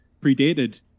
predated